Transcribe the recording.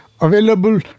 available